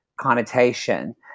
connotation